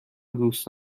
دوست